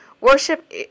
worship